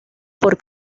por